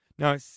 Now